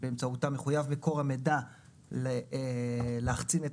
שבאמצעותה מחויב מקור המידע להחצין את